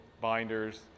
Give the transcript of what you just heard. binders